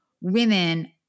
women